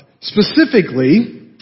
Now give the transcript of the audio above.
specifically